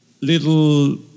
little